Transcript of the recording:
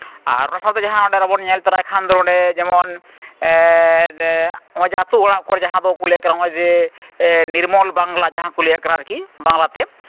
ᱟᱨ ᱚᱱᱟ ᱥᱟᱶᱛᱮ ᱡᱟᱦᱟᱸ ᱱᱚᱸᱰᱮ ᱟᱨᱚᱵᱚᱱ ᱧᱮᱞ ᱛᱚᱨᱟᱭ ᱠᱷᱟᱱ ᱫᱚ ᱱᱚᱸᱰᱮ ᱡᱮᱢᱚᱱ ᱱᱚᱜᱼᱚᱭ ᱡᱮ ᱟᱹᱛᱩ ᱚᱲᱟᱜ ᱠᱚᱨᱮᱫ ᱡᱟᱦᱟᱸ ᱫᱚᱠᱚ ᱞᱟᱹᱭᱮᱜ ᱠᱟᱱᱟ ᱱᱚᱜᱼᱚᱭ ᱡᱮ ᱱᱤᱨᱢᱚᱞ ᱵᱟᱝᱞᱟ ᱡᱟᱦᱟᱸ ᱠᱚ ᱞᱟᱹᱭᱟᱜ ᱠᱟᱱᱟ ᱟᱨᱠᱤ ᱵᱟᱝᱞᱟᱛᱮ